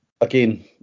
Again